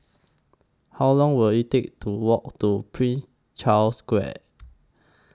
How Long Will IT Take to Walk to Prince Charles Square